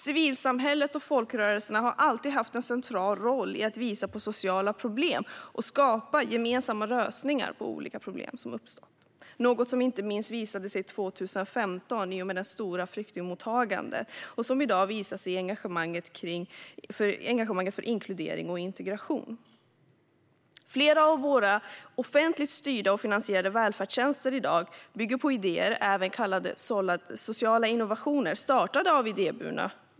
Civilsamhället och folkrörelserna har alltid haft en central roll i att visa på sociala problem och skapa gemensamma lösningar på olika problem som uppstått, något som inte minst visade sig 2015 i samband med det stora flyktingmottagandet och som i dag visar sig i engagemanget för inkludering och integration. Flera av våra offentligt styrda och finansierade välfärdstjänster i dag bygger på idéer, även kallade sociala innovationer, som startades av idéburna.